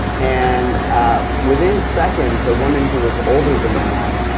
and within seconds, a woman who was older than my mom,